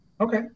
okay